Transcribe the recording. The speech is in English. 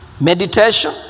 meditation